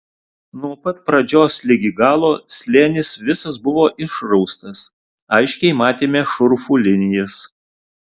nuo pat pradžios ligi galo slėnis visas buvo išraustas aiškiai matėme šurfų linijas